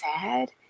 sad